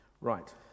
right